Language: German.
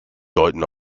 deuten